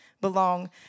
belong